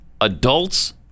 adults